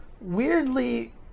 weirdly